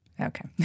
Okay